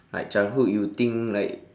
like childhood you think like